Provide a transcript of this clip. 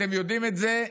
אתם יודעים את זה,